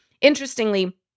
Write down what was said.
Interestingly